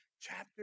chapter